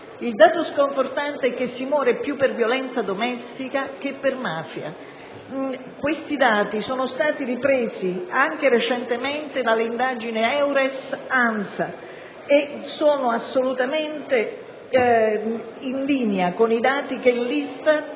Il dato sconfortante è che si muore più per violenza domestica che per mafia. Questi dati sono stati ripresi anche recentemente dall'indagine Eures-ANSA e sono assolutamente in linea con quelli che l'ISTAT